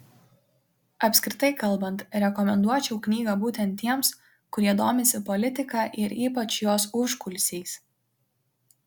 apskritai kalbant rekomenduočiau knygą būtent tiems kurie domisi politika ir ypač jos užkulisiais